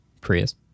Prius